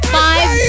five